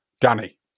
Danny